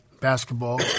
basketball